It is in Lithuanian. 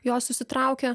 jos susitraukia